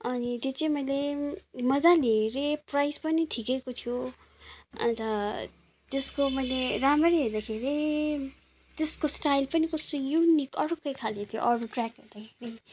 अनि त्यो चाहिँ मैले मज्जाले हेरेँ प्राइस पनि ठिकैको थियो अन्त त्यसको मैले राम्ररी हेर्दाखेरि त्यसको स्टाइल पनि कस्तो युनिक अर्कैखाले थियो अरू ट्र्याकहरू भन्दाखेरि